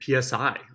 PSI